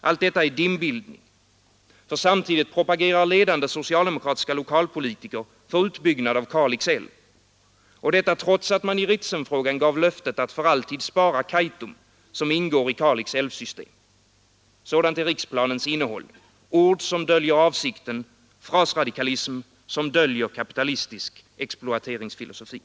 Allt detta är inbillning. För samtidigt propagerar ledande socialdemokratiska politiker för utbyggnad av Kalix älv, detta trots att man i Ritsemfrågan gav löftet att för alltid spara Kaitum som ingår i Kalix älvsystem. Sådan är riksplanens innehåll — ord som döljer avsikten, frasradikalism som döljer kapitalistisk exploateringsfilosofi.